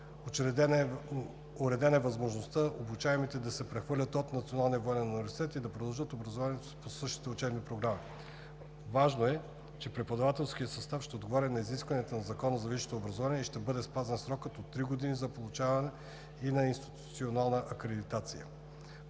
Уредена е възможността обучаемите да се прехвърлят от Националния военен университет и да продължат образованието си по същите учебни програми. Важно е, че преподавателският състав ще отговаря на изискванията на Закона за висшето образование и ще бъде спазен срокът от три години за получаване и на институционална акредитация.